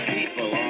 People